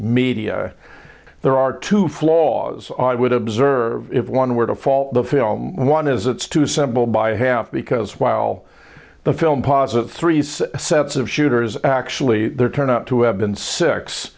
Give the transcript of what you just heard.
media there are two flaws i would observe if one were to fall the film one as it's to assemble by half because while the film posit three sets of shooters actually there turn out to have been six